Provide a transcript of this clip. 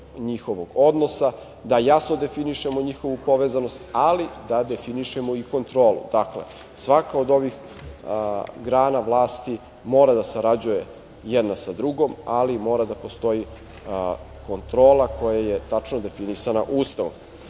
njihovog odnosa, da jasno definišemo njihovu povezanost, ali da definišemo i kontrolu. Dakle, svaka od ovih grana vlasti mora da sarađuje jedna sa drugom, ali mora da postoji kontrola koja je tačno definisana